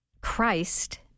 Christ